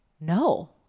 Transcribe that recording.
no